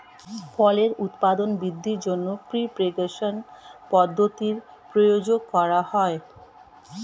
ফলের উৎপাদন বৃদ্ধির জন্য প্রপাগেশন পদ্ধতির প্রয়োগ করা হয়